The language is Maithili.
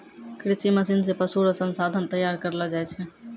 कृषि मशीन से पशु रो संसाधन तैयार करलो जाय छै